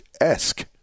esque